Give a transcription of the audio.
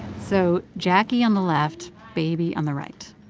so jacquie on the left, baby on the right